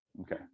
Okay